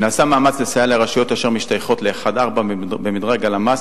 נעשה מאמץ לסייע לרשויות אשר משתייכות לאשכולות 1 4 במדרג הלמ"ס,